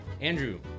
Andrew